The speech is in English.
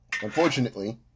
Unfortunately